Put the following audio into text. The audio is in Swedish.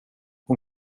hon